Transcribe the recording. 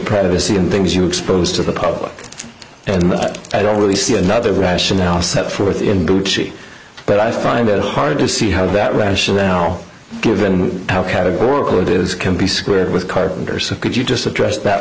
privacy in things you expose to the public and i don't really see another rationale set forth in duty but i find it hard to see how that rationale given how categorical it is can be squared with carpenter so could you just address that